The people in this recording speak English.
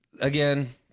again